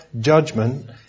judgment